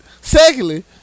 Secondly